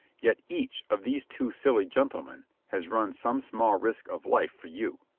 yet each of these two silly gentlemen has run some small risk of life for you.